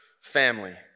family